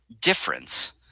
difference